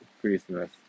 Christmas